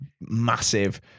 massive